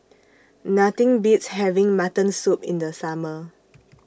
Nothing Beats having Mutton Soup in The Summer